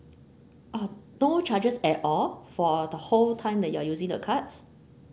oh no charges at all for the whole time that you are using the cards